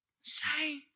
Say